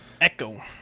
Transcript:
echo